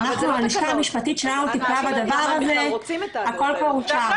המחלקה המשפטית שלנו טיפלה בדבר הזה והכול כבר אושר.